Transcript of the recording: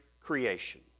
creation